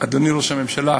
אדוני ראש הממשלה,